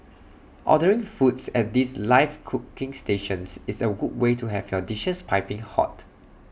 ordering foods at these live cooking stations is A good way to have your dishes piping hot